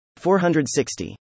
460